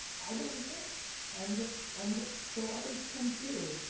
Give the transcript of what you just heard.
i believed it and and so others can too.